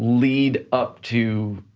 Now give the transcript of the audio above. lead up to